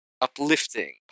uplifting